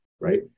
right